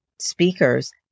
speakers